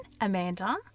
Amanda